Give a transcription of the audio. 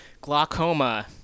glaucoma